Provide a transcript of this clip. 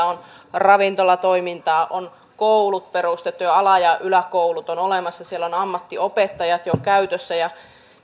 on ravintolatoimintaa on koulut perustettu ala ja yläkoulut ovat olemassa siellä on ammattiopettajat jo käytössä